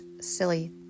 silly